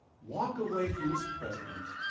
walk away from this president,